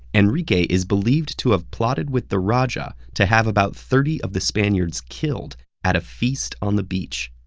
enrique is believed to have plotted with the rajah to have about thirty of the spaniards killed at a feast on the beach.